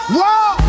Whoa